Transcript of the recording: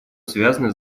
связаны